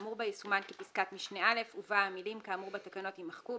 האמור בה יסומן כפסקת משנה "(א)" ובה המילים "כאמור בתקנות" יימחקו,